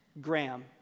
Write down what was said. Graham